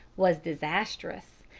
was disastrous,